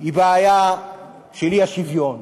היא הבעיה של האי-שוויון.